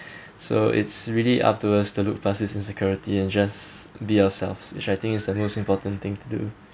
so it's really up to us to look past this insecurity and just be ourselves which I think is the most important thing to do